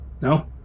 no